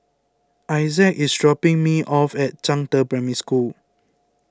Issac is dropping me off at Zhangde Primary School